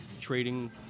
trading